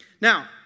Now